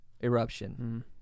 eruption